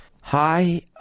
Hi